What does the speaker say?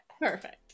Perfect